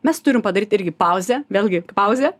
mes turim padaryti irgi pauzę vėlgi pauzę